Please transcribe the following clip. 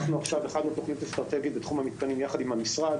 הכנו תוכנית אסטרטגית לתחום המתקנים ביחד עם המשרד.